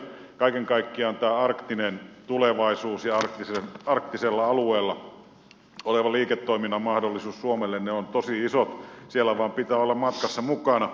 kaiken kaikkiaan tämä arktinen tulevaisuus ja arktisella alueella oleva liiketoiminta on suomelle tosi iso mahdollisuus siellä vain pitää olla matkassa mukana